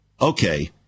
okay